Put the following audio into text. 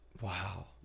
wow